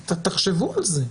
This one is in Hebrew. תחשבו על זה.